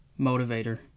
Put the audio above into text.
motivator